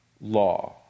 law